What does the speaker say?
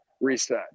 reset